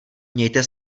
mějte